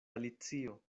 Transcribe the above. alicio